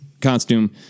costume